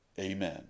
Amen